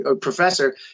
professor